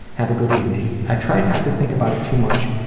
have a good evening. i tried not to think about it too much,